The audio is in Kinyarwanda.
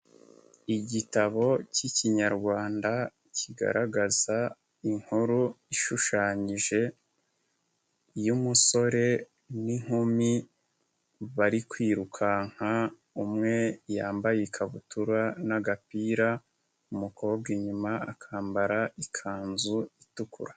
Igitabo k'Ikinyarwanda kigaragaza inkuru ishushanyije, y'umusore n'inkumi bari kwirukanka, umwe yambaye ikabutura n'agapira, umukobwa inyuma akambara ikanzu itukura.